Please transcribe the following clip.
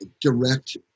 direct